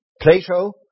Plato